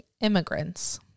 immigrants